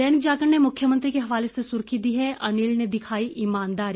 दैनिक जागरण ने मुख्यमंत्री के हवाले से सुर्खी दी है अनिल ने दिखाई ईमानदारी